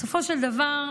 בסופו של דבר,